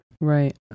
Right